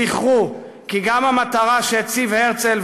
זכרו כי גם המטרה שהציב הרצל,